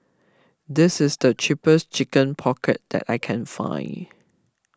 this is the cheapest Chicken Pocket that I can find